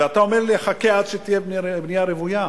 ואתה אומר לי: חכה עד שתהיה בנייה רוויה.